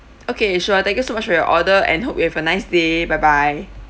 okay sure thank you so much for your order and hope you have a nice day bye bye